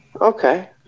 Okay